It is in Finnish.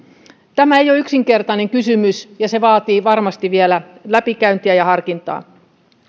tämä ei ole yksinkertainen kysymys ja se vaatii varmasti vielä läpikäyntiä ja harkintaa